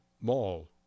mall